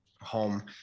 home